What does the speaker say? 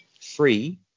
free